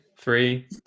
three